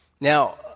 Now